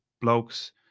blokes